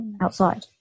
outside